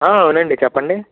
అవునండి చెప్పండి